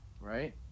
right